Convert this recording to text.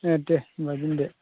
ए दे होनबा दोनदो